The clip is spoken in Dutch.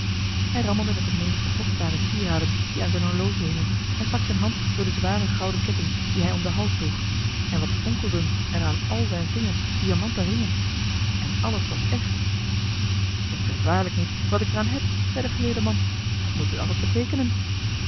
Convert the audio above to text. hij rammelde met een menigte kostbare sieraden die aan zijn horloge hingen en stak zijn hand door den zwaren gouden ketting dien hij om den hals droeg en wat fonkelden er aan al zijn vingers diamanten ringen en alles was echt ik weet waarlijk niet wat ik er aan heb zei de geleerde man wat moet dit alles beteekenen